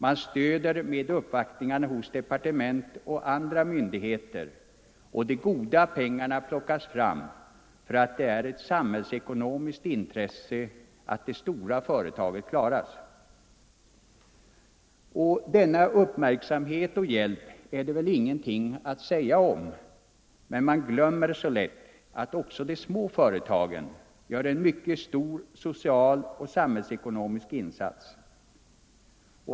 Man stöder med uppvaktningar hos departement och andra myndigheter, och de goda pengarna plockas fram därför att det är ett samhällsekonomiskt intresse att de stora företagen klaras. Denna uppmärksamhet och hjälp är det väl ingenting att säga om, men man glömmer lätt att också de små företagen gör en mycket stor social och samhällsekonomisk insats.